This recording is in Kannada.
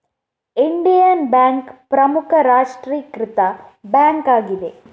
ಇಂಡಿಯನ್ ಬ್ಯಾಂಕ್ ಪ್ರಮುಖ ರಾಷ್ಟ್ರೀಕೃತ ಬ್ಯಾಂಕ್ ಆಗಿದೆ